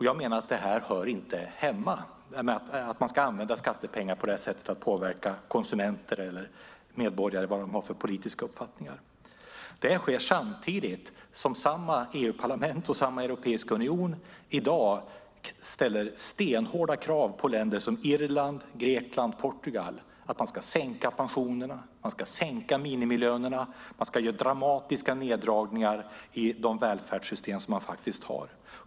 Jag tycker inte att man ska använda skattepengar på det här sättet för att påverka konsumenter eller medborgares politiska uppfattningar. Detta sker samtidigt som samma EU-parlament och samma europeiska union i dag ställer stenhårda krav på länder som Irland, Grekland och Portugal att sänka pensionerna, sänka minimilönerna och göra dramatiska neddragningar i de välfärdssystem som man faktiskt har.